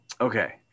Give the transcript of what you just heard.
Okay